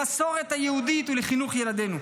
למסורת היהודית ולחינוך ילדינו.